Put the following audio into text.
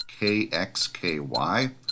KXKY